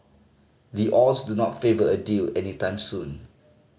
the odds do not favour a deal any time soon